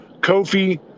Kofi